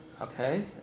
Okay